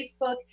Facebook